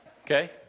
Okay